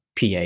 PA